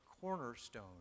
cornerstone